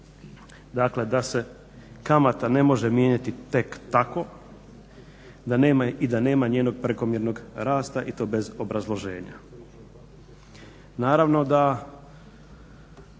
Dakle, da se kamate ne može mijenjati tek tako i da nema njenog prekomjernog rasta i to bez obrazloženja. Naravno da